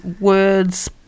words